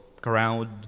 crowd